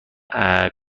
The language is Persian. کار